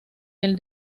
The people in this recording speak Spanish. del